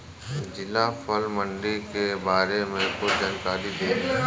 जिला फल मंडी के बारे में कुछ जानकारी देहीं?